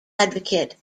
advocate